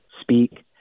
Speak